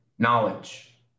Knowledge